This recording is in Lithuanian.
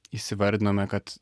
įsivardinome kad